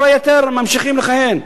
כל היתר ממשיכים לכהן,